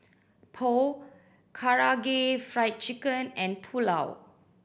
Pho Karaage Fried Chicken and Pulao